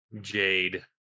jade